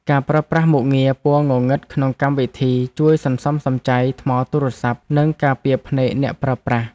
ការប្រើប្រាស់មុខងារពណ៌ងងឹតក្នុងកម្មវិធី ជួយសន្សំសំចៃថ្មទូរសព្ទ និងការពារភ្នែកអ្នកប្រើប្រាស់។